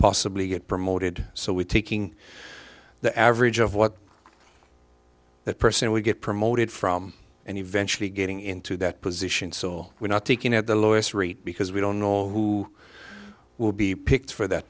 possibly get promoted so we're taking the average of what that person we get promoted from and eventually getting into that position so we're not taking at the lowest rate because we don't know who will be picked for that